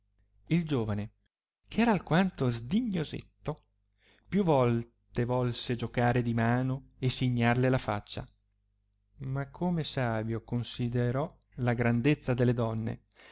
il giovane che era alquanto sdignosetto più volte volse giocare di mano e signarle la faccia ma come savio considerò la grandezza delle donne